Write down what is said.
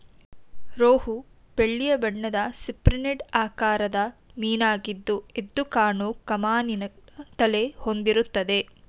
ರೋಹು ದೊಡ್ಡದಾದ ಬೆಳ್ಳಿಯ ಬಣ್ಣದ ಸಿಪ್ರಿನಿಡ್ ಆಕಾರದ ಮೀನಾಗಿದ್ದು ಎದ್ದುಕಾಣೋ ಕಮಾನಿನ ತಲೆ ಹೊಂದಿರುತ್ತೆ